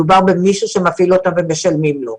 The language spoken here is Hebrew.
מדובר במישהו שמפעיל אותם ומשלמים לו.